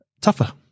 tougher